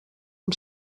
amb